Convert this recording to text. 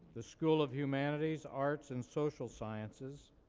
the school of humanities, arts, and social sciences,